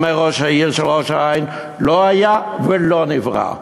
אומר ראש עיריית ראש-העין: לא היה ולא נברא.